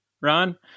Ron